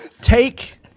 Take